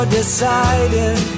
deciding